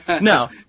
No